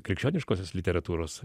krikščioniškosios literatūros